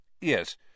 Yes